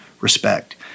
respect